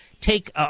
take